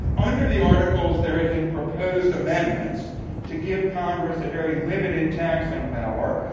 under the articles there had been proposed amendments to give congress a very limited taxing power,